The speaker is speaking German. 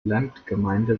landgemeinde